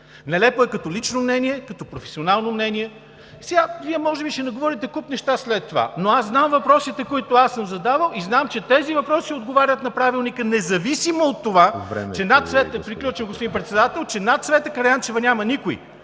Нелепо е като лично мнение, като професионално мнение. Сега Вие може би ще наговорите куп неща след това, но аз знам въпросите, които съм задавал, и знам, че тези въпроси отговарят на Правилника независимо от това… ПРЕДСЕДАТЕЛ ЕМИЛ ХРИСТОВ: